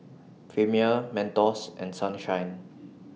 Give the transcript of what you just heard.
Premier Mentos and Sunshine